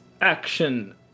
Action